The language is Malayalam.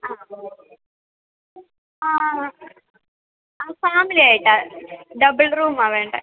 ആ ആ ആ ഫാമിലിയായിട്ടാണ് ഡബിൾ റൂമാണ് വേണ്ടത്